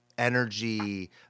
energy